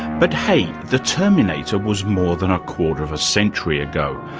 but hey, the terminator was more than a quarter of a century ago,